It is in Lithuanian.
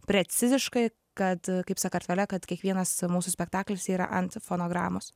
preciziškai kad kaip sakartvele kad kiekvienas mūsų spektaklis yra ant fonogramos